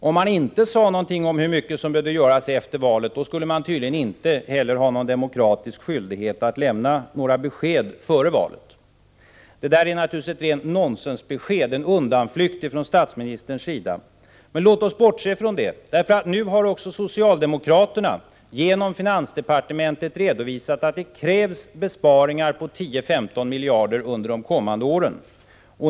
Om man inte hade sagt någonting om hur mycket som behöver sparas efter valet skulle man tydligen inte heller ha någon demokratisk skyldighet att lämna besked före valet. Detta är naturligtvis ett rent nonsensbesked, en undanflykt från statsministerns sida. Låt oss bortse från detta, för nu har socialdemokraterna genom finansdepartementet redovisat att det krävs besparingar på 10-15 miljarder under de kommande åren.